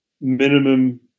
Minimum